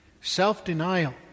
Self-denial